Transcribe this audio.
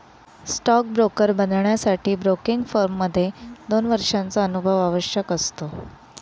stock broker बनण्यासाठी broking firm मध्ये दोन वर्षांचा अनुभव आवश्यक असतो